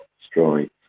destroyed